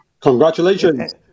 Congratulations